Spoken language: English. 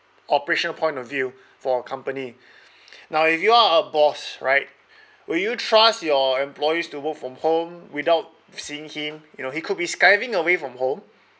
operational point of view for a company now if you are a boss right will you trust your employees to work from home without seeing him you know he could be skiving away from home